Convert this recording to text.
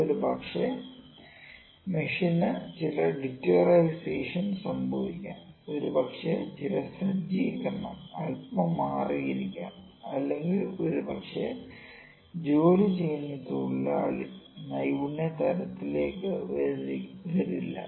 ഒരുപക്ഷേ മെഷീന് ചില ഡിറ്ററോടെറൈസേഷൻ സംഭവിക്കാം ഒരുപക്ഷേ ചില സജ്ജീകരണം അല്പം മാറിയിരിക്കാം അല്ലെങ്കിൽ ഒരുപക്ഷേ ജോലി ചെയ്യുന്ന തൊഴിലാളി നൈപുണ്യ തലത്തിലേക്ക് വരില്ല